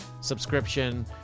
subscription